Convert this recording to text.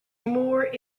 more